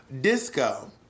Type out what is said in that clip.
disco